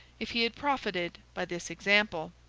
if he had profited by this example.